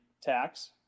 tax